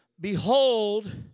Behold